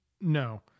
no